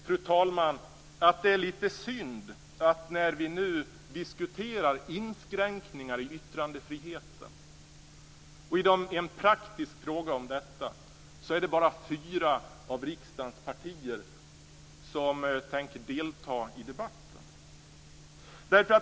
Jag tycker att det är lite synd att när vi nu diskuterar en praktisk fråga om inskränkningar i yttrandefriheten är det bara fyra av riksdagens partier som tänker delta i debatten.